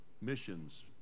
missions